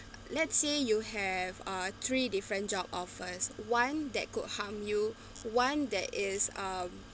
let's say you have a three different job offers one that could harm you one that is um